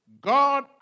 God